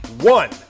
one